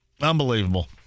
Unbelievable